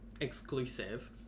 exclusive